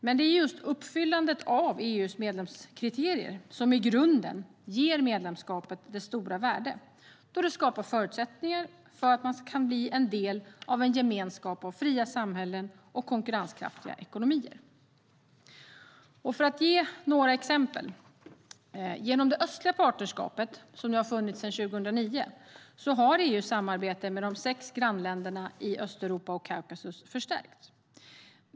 Men det är just uppfyllandet av EU:s medlemskriterier som i grunden ger medlemskapet dess stora värde, då det skapar förutsättningar för att bli en del av en gemenskap av fria samhällen och konkurrenskraftiga ekonomier. För att ge några exempel: Genom det östliga partnerskapet, som har funnits sedan 2009, har EU:s samarbete med de sex grannländerna i Östeuropa och Kaukasien förstärkts.